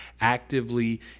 actively